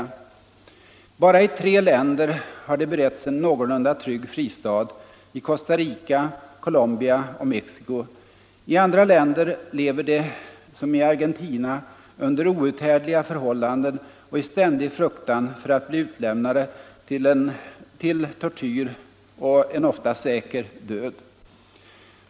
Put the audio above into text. Bara i tre länder har de beretts en någorlunda trygg fristad — i Costa Rica, Colombia och Mexico. I andra länder, som i Argentina, lever de under outhärdliga förhållanden och i ständig fruktan för att bli utlämnade till tortyr och en ofta säker död.